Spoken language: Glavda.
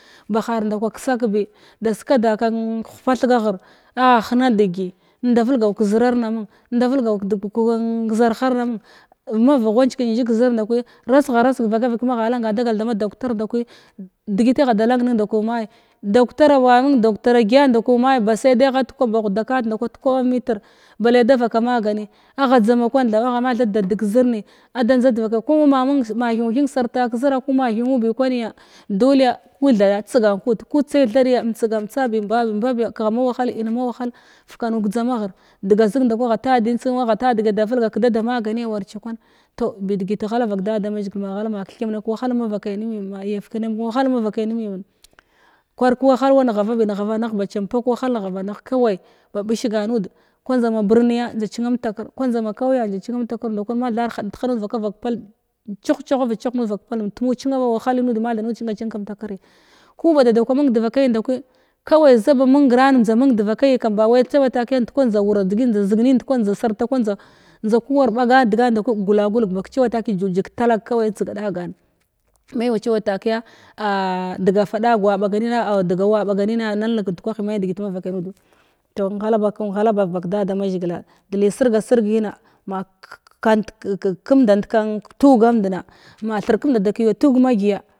Bahar ndakwanəy bi da skadan ka hupathgaghir agha həna da gyəy da vəlgaw ka zərar mən da vəlgaw kən ka zarhar amən ma vagh wa njkən njəng ka zəra ndakwəy rasgha-rasg ka vaka-vakəy maha langan dagal dama doctar nda kwəy dəgət agha da lang nən ndakwanəy may doctar ma manəg doctara gyan ndakwəy may ma məng kwaɓ ndakwəy ba say agha da kwaɓ ba huda kat ndakwanəy da kwaɓ am nətir blay nda vaka maganəy agha jzama kwan thaɓ agha mathay da dadəg ki zərnə ada njzan dvakay ku ma məng ma thnu-thing sartan kzəra kum thəngnu bi kwanya dukəya ku thaɗu tsgan kuud ku tsay thad ya umtsgh umtsabi am babiya kəha amma wahad inma wahal fkanu kjzama ghir daga zəg nda kwəy agha tabən tsum agha ta daga da vəlgakadada magnəy war tsi kwan bi dəgat ghalav vak dadamazgəl ma kth kəyarn ka wahala mava kay nay məyyam ma yafkəyaman ka wahal ma vəkəy nəməyyam kwar ka wahal wa ngha vabi ngha vənəg ba chumpok wahal ngha va nəg bishgan nuda kwa njza ma birnəyh chinna umtakira, kava njza kawya njza chinna umtakir, nda kwəy methar hadət haɗga nuda vakavak pal chuh chuh chavu chwalg nuda vaka vak pal tuwa chinna ba wahaləy nuda mathay nuda china umtakiri ku badada kwa məng dvakay ndakəy kaway njza ba məngran njza məng dvakay kam baway kava takəy njza kwa ndawura dəgəy njza zəgnən nda kwan njza sarta lawa njza jza kuwar ɓagan dagan ndakəy glagulgwa ba tsira takəy jujəg ka talaga kwavay tsga ɗagan may way chay wa takəya a dəga faɗaga wa baganəna a dagawa ɓaganəna nalnəg ndukwah may dəgət mavakay nuda kum ghala ba kum ghalg vak dadanazzgla dləy sirga-sirgəna ma kant kumdant kan ka tigamidna ma thir kumda kəyuwa tug ma gya.